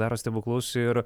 daro stebuklus ir